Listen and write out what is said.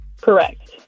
Correct